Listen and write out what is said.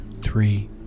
three